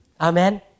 Amen